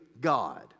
God